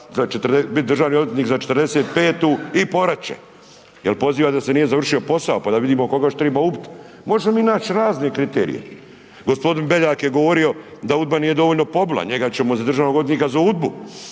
bit državni odvjetnik za '45. i poraće jer poziva da se nije završio posao, pa da vidimo koga još treba ubit, možemo mi nać razne kriterije. G. Beljak je govorio da UDBA nije dovoljno pobila, njega ćemo za državnog odvjetnika za